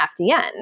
FDN